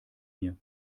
mir